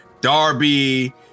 Darby